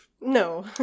No